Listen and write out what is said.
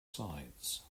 sides